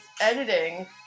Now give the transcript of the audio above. editing